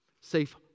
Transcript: Safe